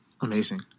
Amazing